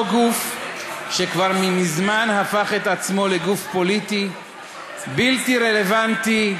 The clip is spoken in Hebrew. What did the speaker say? אותו גוף שכבר מזמן הפך את עצמו לגוף פוליטי בלתי רלוונטי,